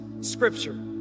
scripture